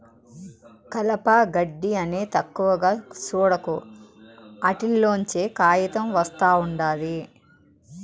కలప, గెడ్డి అని తక్కువగా సూడకు, ఆటిల్లోంచే కాయితం ఒస్తా ఉండాది